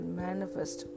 manifest